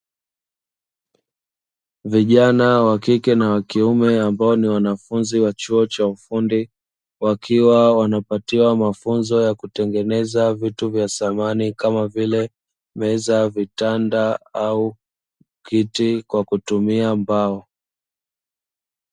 Vijana wakike na wakiume ambao ni wanafunzi wa chuo cha ufundi wakiwa wanapatiwa mafunzo ya kutengeneza vitu vya samani kama vile meza, vitanda au kiti kwa kutumia mbao.